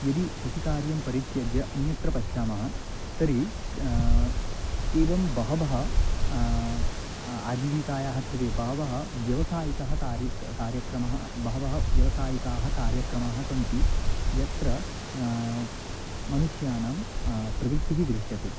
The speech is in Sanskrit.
यदि कृषिकार्यं परित्यज्य अन्यत्र पश्यामः तर्हि क् एवं बहवः आजीविकायाः कृते बहवः व्यवसायिकः कार्यक् कार्यक्रमः बहवः व्यवसायिकाः कार्यक्रमाः सन्ति यत्र मनुष्याणां प्रवृत्तिः दृश्यते